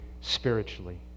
spiritually